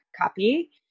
copy